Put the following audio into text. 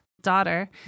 daughter